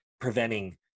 preventing